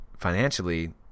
financially